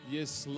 Yes